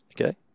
Okay